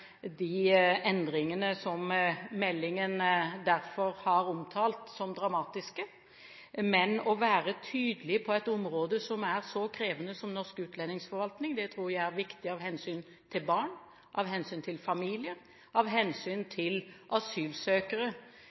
de endringene som meldingen har omtalt, som dramatiske. Men å være tydelig på et område som er så krevende som det norsk utlendingsforvaltning er, tror jeg er viktig av hensyn til barn, av hensyn til familier, av hensyn til asylsøkere